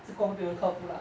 这个会被我们克服 lah